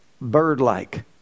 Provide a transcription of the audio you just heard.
bird-like